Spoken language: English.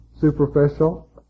superficial